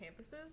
campuses